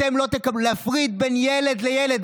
אתם לא תקבלו, להפריד בין ילד לילד.